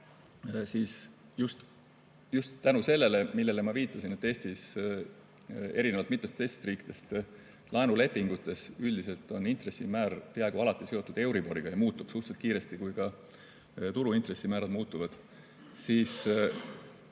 Just tänu sellele, millele ma viitasin, et Eestis erinevalt mitmetest teistest riikidest laenulepingutes üldiselt on intressimäär peaaegu alati seotud euriboriga ja muutub suhteliselt kiiresti, kui ka turu intressimäärad muutuvad, siis